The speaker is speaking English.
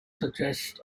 suggests